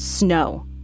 Snow